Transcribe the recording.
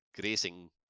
grazing